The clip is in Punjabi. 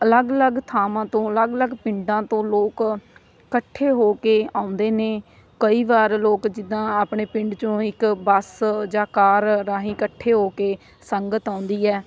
ਅਲੱਗ ਅਲੱਗ ਥਾਵਾਂ ਤੋਂ ਅਲੱਗ ਅਲੱਗ ਪਿੰਡਾਂ ਤੋਂ ਲੋਕ ਇਕੱਠੇ ਹੋ ਕੇ ਆਉਂਦੇ ਨੇ ਕਈ ਵਾਰ ਲੋਕ ਜਿੱਦਾਂ ਆਪਣੇ ਪਿੰਡ 'ਚੋਂ ਇੱਕ ਬੱਸ ਜਾਂ ਕਾਰ ਰਾਹੀਂ ਇਕੱਠੇ ਹੋ ਕੇ ਸੰਗਤ ਆਉਂਦੀ ਹੈ